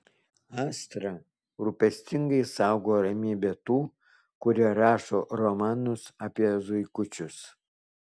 astra rūpestingai saugo ramybę tų kurie rašo romanus apie zuikučius